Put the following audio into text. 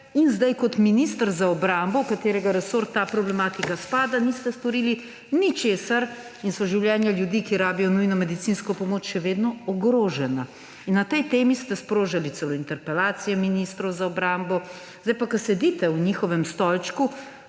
Zdaj kot minister za obrambo, v katerega resor ta problematika spada, niste storili ničesar in so življenja ljudi, ki rabijo nujno medicinsko pomoč, še vedno ogrožena. Na tej temi ste sprožili celo interpelacije ministrov za obrambo, zdaj pa, ko sedite v njihovem stolčku,